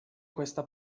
questa